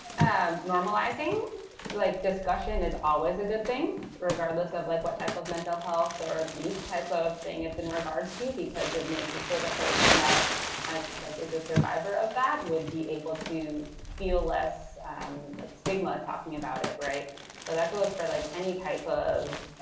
and normalizing like discussion is always a good thing, regardless of like what type of mental health or abuse type of thing it's in regards to, because it makes it so the person that like is a survivor of that would be able to feel less um like stigma talking about it. so that goes for like any type of